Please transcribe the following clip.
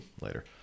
later